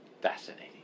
fascinating